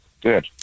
Good